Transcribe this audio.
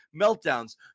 meltdowns